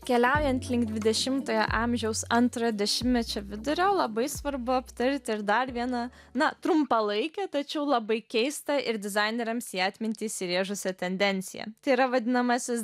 keliaujant link dvidešimtojo amžiaus antrojo dešimtmečio vidurio labai svarbu aptarti ir dar vieną na trumpalaikę tačiau labai keistą ir dizaineriams į atmintį įsirėžusią tendenciją tai yra vadinamasis